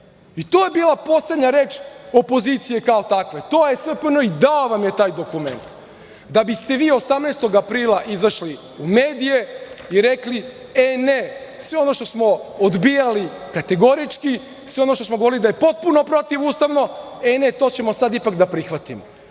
To je bila poslednja reč opozicije kao takve, to je SPN i dao vam je taj dokument, da biste vi 18. aprila izašli u medije i rekli: „E, ne, sve ono što smo odbijali kategorički, sve ono što smo govorili da je potpuno protivustavno, ne, to ćemo sad ipak da prihvatimo.“